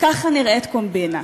ככה נראית קומבינה: